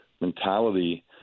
mentality